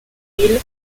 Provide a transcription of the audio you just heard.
civils